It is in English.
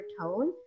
tone